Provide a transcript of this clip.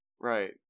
right